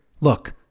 look